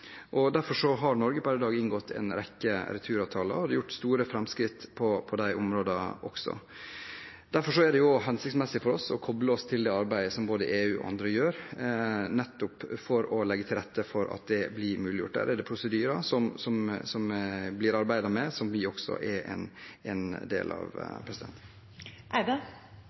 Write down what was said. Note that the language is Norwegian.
har Norge per i dag inngått en rekke returavtaler, og det er gjort store framskritt på de områdene også. Derfor er det hensiktsmessig for oss å koble oss til det arbeidet som både EU og andre gjør, nettopp for å legge til rette for at det blir muliggjort. Der er det prosedyrer som det blir arbeidet med, og som vi også er en del av.